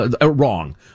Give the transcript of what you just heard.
wrong